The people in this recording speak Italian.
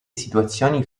situazioni